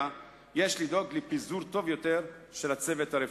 יש לדאוג לפיזור טוב יותר של הצוות הרפואי.